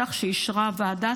בנוסח שאישרה הוועדה.